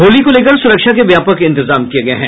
होली को लेकर सुरक्षा के व्यापक इंतजाम किये गये है